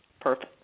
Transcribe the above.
Perfect